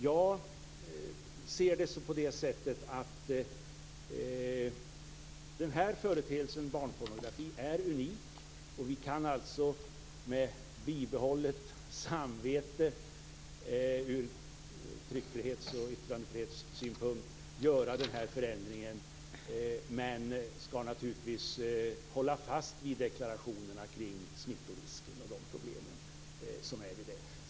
Jag ser det som att företeelsen barnpornografi är unik, och vi kan med bibehållet samvete från tryckfrihets och yttrandefrihetssypunkt genomföra den här förändringen, men vi skall naturligtvis hålla fast vid deklarationerna om smittorisken och de sammanhängande problemen.